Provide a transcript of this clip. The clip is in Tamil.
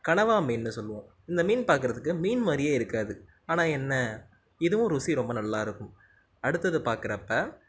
கனவா மீன்னு சொல்லுவோம் இந்த மீன் பார்க்குறதுக்கு மீன்மாதிரியே இருக்காது ஆனால் என்ன இதுவும் ருசி ரொம்ப நல்லாயிருக்கும் அடுத்தது பார்க்குறப்ப